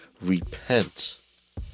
Repent